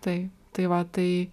taip tai va tai